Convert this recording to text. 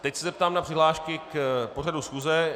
Teď se zeptám na přihlášky k pořadu schůze.